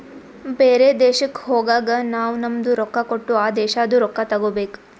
ಬೇರೆ ದೇಶಕ್ ಹೋಗಗ್ ನಾವ್ ನಮ್ದು ರೊಕ್ಕಾ ಕೊಟ್ಟು ಆ ದೇಶಾದು ರೊಕ್ಕಾ ತಗೋಬೇಕ್